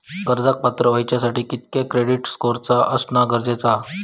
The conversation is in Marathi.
कर्जाक पात्र होवच्यासाठी कितक्या क्रेडिट स्कोअर असणा गरजेचा आसा?